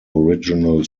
original